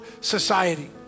society